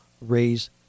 raise